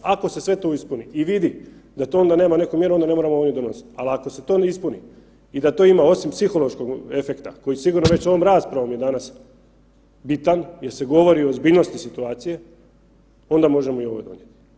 Ako se sve to ispuni i vidi da to nema neku mjeru onda ne moramo ovdje donositi, ali ako se to ne ispuni i da to ima osim psihološkog efekta koji sigurno već ovom raspravom je danas bitan jel se govori o ozbiljnosti situacije onda možemo i ovo donijet.